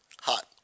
Hot